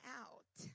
out